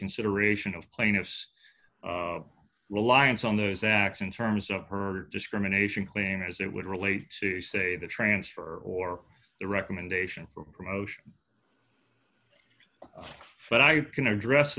consideration of plaintiff's reliance on those acts in terms of her discrimination claim as it would relate to say the transfer or the recommendation for promotion but i can address